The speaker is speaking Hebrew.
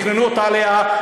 תכננו אותו עליו,